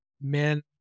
men